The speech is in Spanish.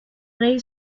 rey